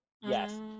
Yes